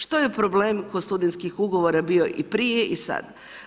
Što je problem kod studentskih ugovora bio i prije i sad?